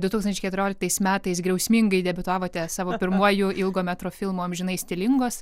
du tūkstančiai keturioliktais metais griausmingai debiutavote savo pirmuoju ilgo metro filmu amžinai stilingos